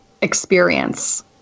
experience